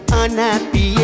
unhappy